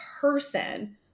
person